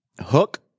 Hook